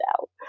out